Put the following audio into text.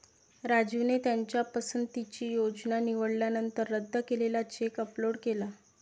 राजूने त्याच्या पसंतीची योजना निवडल्यानंतर रद्द केलेला चेक अपलोड केला